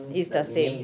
is the same